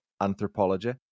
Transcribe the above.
anthropology